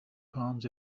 palms